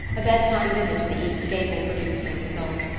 a bedtime visit to the east gable produced no result.